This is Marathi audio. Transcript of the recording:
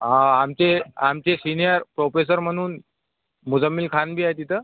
हा आमचे आमचे सिनियर प्रोफेसर म्हणून मुझम्मील खान बी आहे तिथं